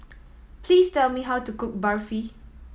please tell me how to cook Barfi